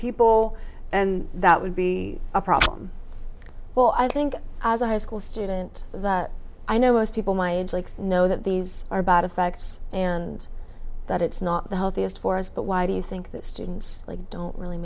people and that would be a problem well i think as a high school student i know most people my age know that these are bad effects and that it's not the healthiest for us but why do you think that students don't really